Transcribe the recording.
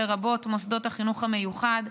לרבות מוסדות החינוך המיוחד,